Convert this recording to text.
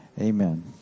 Amen